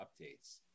updates